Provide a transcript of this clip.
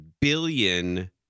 billion